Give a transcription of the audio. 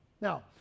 Now